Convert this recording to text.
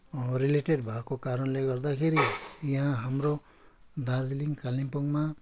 related भएको कारणले गर्दाखेरि यहाँ हाम्रो दार्जिलिङ कालिम्पोङमा